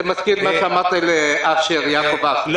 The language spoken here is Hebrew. זה מזכיר את מה שאמרת לאשר ---.